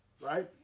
right